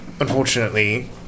Unfortunately